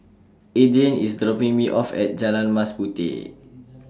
Adrien IS dropping Me off At Jalan Mas Puteh